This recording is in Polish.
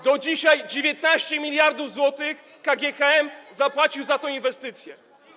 Do dzisiaj 19 mld zł KGHM zapłacił za tę inwestycję.